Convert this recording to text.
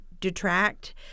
detract